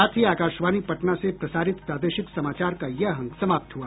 इसके साथ ही आकाशवाणी पटना से प्रसारित प्रादेशिक समाचार का ये अंक समाप्त हुआ